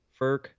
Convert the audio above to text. Ferk